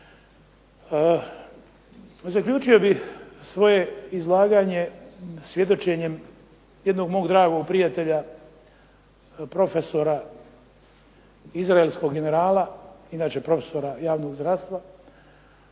Zaključio bih svoje izlaganje svjedočenjem jednog mog dragog prijatelja, profesora izraelskog generala, inače profesora javnog zdravstva,